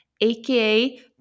aka